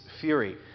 fury